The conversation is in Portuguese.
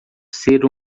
ser